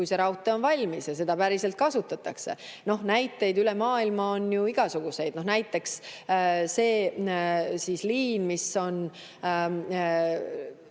kui raudtee on valmis ja seda päriselt kasutatakse. Näiteid üle maailma on ju igasuguseid. Näiteks seda liini, mis on